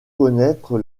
connaître